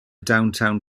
downtown